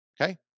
Okay